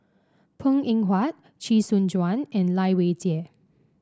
Png Eng Huat Chee Soon Juan and Lai Weijie